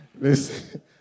Listen